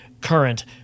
current